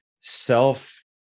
self